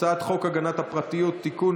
הצעת חוק הגנת הפרטיות (תיקון,